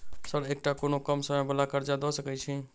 Sir एकटा कोनो कम समय वला कर्जा दऽ सकै छी?